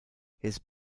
his